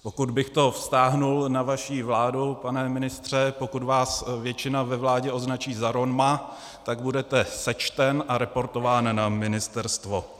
Pokud bych to vztáhl na vaši vládu, pane ministře, pokud vás většina ve vládě označí za Roma, tak budete sečten a reportován na ministerstvo.